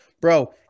bro